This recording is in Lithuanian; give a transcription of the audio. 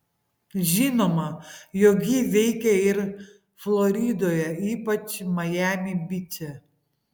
žinoma jog ji veikia ir floridoje ypač majami byče